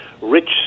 rich